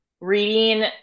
reading